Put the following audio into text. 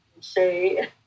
say